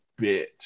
bitch